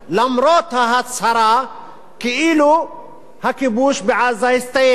למרות ההצהרה כאילו הכיבוש בעזה הסתיים.